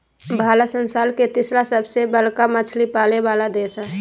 भारत संसार के तिसरा सबसे बडका मछली पाले वाला देश हइ